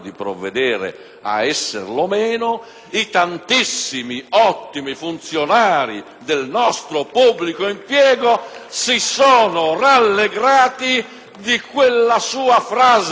a esserlo meno; i tantissimi ottimi funzionari del nostro pubblico impiego si sono rallegrati di quella sua frase.